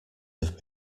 have